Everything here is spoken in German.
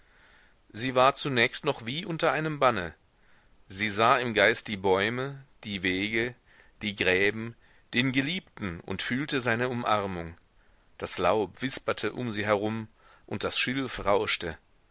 sie war zunächst noch wie unter einem banne sie sah im geist die bäume die wege die gräben den geliebten und fühlte seine umarmung das laub wisperte um sie herum und das schilf rauschte